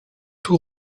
tout